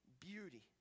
beauty